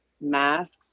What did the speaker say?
masks